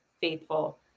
faithful